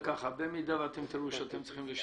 במידה שאתם תראו שאתם צריכים לשנות,